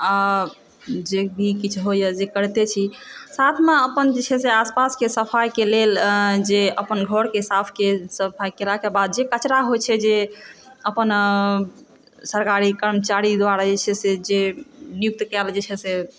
आओर जे भी किछु होइए जे करिते छी साथमे अपन जे छै से आसपासके सफाइके लेल जे अपन घरकेँ साफ सफाइ कयलाके बाद जे कचड़ा होइ छै जे अपन सरकारी कर्मचारी द्वारा जे छै से जे नियुक्त कयल जाइ छै से